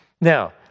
Now